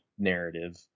narrative